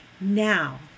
Now